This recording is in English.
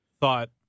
thought